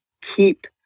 keep